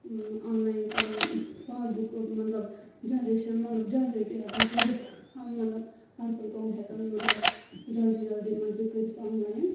آ آنلاین پَنٕنۍ passbook مطلب جَنریشَن مطلب جَنریٹ ہؠکان کٔرِتھ مطلب ہر کانٛہہ کٲم ہؠکَان مطلب جلدی جلدی منٛزٕے کٔرِتھ آنلاین